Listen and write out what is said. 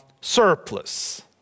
surplus